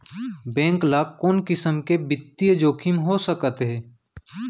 Bank ल कोन किसम के बित्तीय जोखिम हो सकत हे?